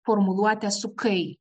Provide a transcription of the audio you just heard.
formuluotę su kai